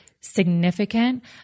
significant